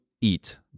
eat